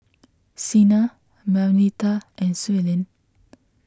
Sina Marnita and Suellen